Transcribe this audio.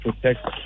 protect